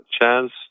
chance